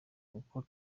kuko